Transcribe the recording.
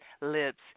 lips